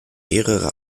mehrere